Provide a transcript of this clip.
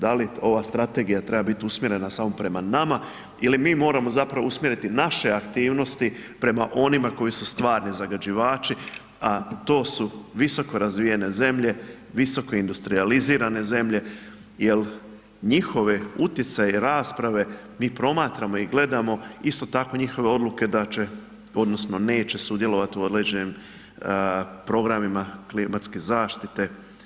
Da li ova strategija treba biti usmjerena samo prema nama ili mi moramo zapravo moramo usmjeriti naše aktivnosti prema onima koji su stvarni zagađivači, a to su visokorazvijene zemlje, visokoindustrijalizirane zemlje, jer njihove utjecaje i rasprave mi promatramo i gledamo isto tako njihove odluke da će odnosno neće sudjelovati u određenim programima klimatske zaštite.